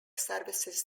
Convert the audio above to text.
services